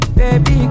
baby